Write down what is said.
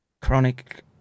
chronic